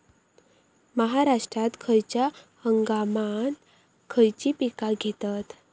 महाराष्ट्रात खयच्या हंगामांत खयची पीका घेतत?